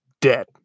dead